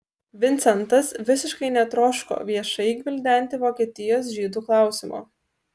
vincentas visiškai netroško viešai gvildenti vokietijos žydų klausimo